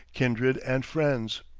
kindred, and friends.